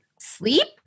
sleep